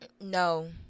No